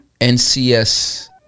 ncs